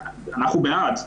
אנחנו בעד.